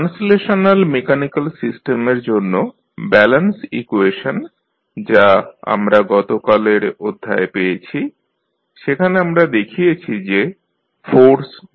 translational mechanical সিস্টেমের জন্য balance equation যা আমরা গতকালের অধ্যায়ে পেয়েছি সেখানে আমরা দেখিয়েছি যে ফোর্স FMd2xdt2BdxdtKx